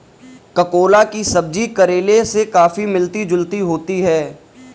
ककोला की सब्जी करेले से काफी मिलती जुलती होती है